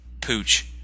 Pooch